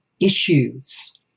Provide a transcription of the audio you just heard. issues